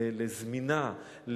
לזמינה,